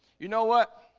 you know what